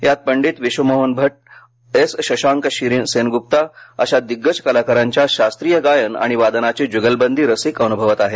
यात पंडित विश्वमोहन भट एस शशांक शिरीन सेनगुप्ता अशा दिग्गज कलाकारांच्या शास्त्रीय गायन आणि वादनाची जुगलबंदी रसिक अनुभवत आहेत